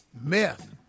meth